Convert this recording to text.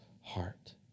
heart